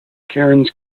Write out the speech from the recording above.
cairns